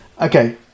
Okay